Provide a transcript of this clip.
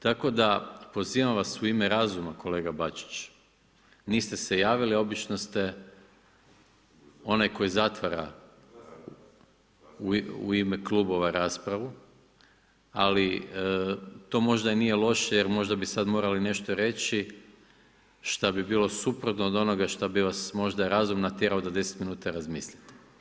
Tako da pozivam vas u ime razuma kolega Bačić, niste se javili, obično ste onaj koji zatvara u ime klubova raspravu, ali to možda i nije loše jer možda bi sad morali nešto reći šta bi bilo suprotno od onoga šta bi vas možda razum natjerao da 10 minuta razmislite.